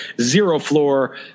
zero-floor